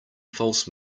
false